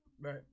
Right